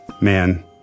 man